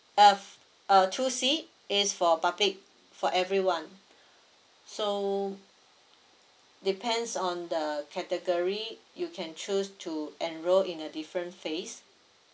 uh uh two c is for public for everyone so depends on the category you can choose to enroll in a different phase